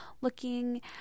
looking